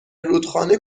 رودخانه